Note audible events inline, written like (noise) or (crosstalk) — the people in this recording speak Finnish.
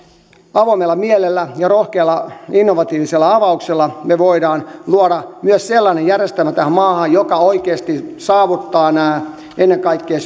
avoimella mielellä ja rohkealla innovatiivisella avauksella me voimme luoda myös sellaisen järjestelmän tähän maahan joka oikeasti saavuttaa ennen kaikkea (unintelligible)